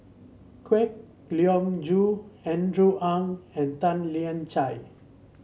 Kwek Leng Joo Andrew Ang and Tan Lian Chye